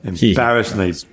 embarrassingly